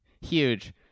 Huge